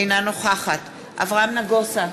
אינה נוכחת אברהם נגוסה,